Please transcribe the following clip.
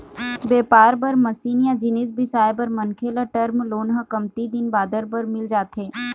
बेपार बर मसीन या जिनिस बिसाए बर मनखे ल टर्म लोन ह कमती दिन बादर बर मिल जाथे